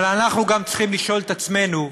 אבל אנחנו גם צריכים לשאול את עצמנו,